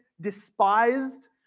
despised